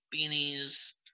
beanies